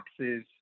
taxes